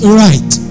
right